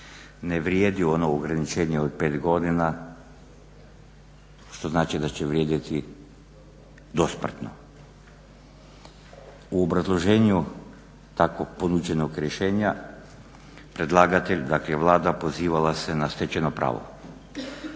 ne vrijedi ono ograničenje od pet godina što znači da će vrijediti dosmrtno. U obrazloženu tako ponuđenog rješenja predlagatelj dakle Vlada pozivala se na stečeno pravo.